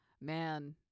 Man